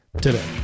today